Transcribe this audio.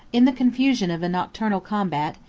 in the confusion of a nocturnal combat,